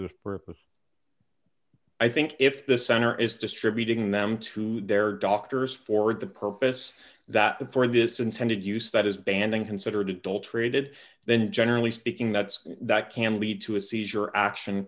the purpose i think if the center is distributing them to their doctors for the purpose that the for this intended use that is banning considered adulterated then generally speaking that that can lead to a seizure action